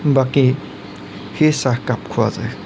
বাকী সেই চাহকাপ খোৱা যায়